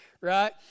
right